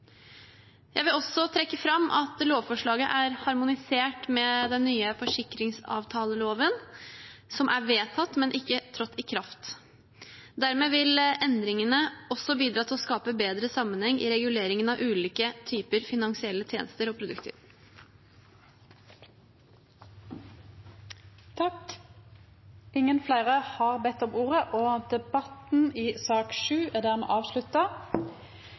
Jeg vil også trekke fram at lovforslaget er harmonisert med den nye forsikringsavtaleloven, som er vedtatt, men ikke trådt i kraft. Dermed vil endringene også bidra til å skape bedre sammenheng i reguleringen av ulike typer finansielle tjenester og produkter. Fleire har ikkje bedt om ordet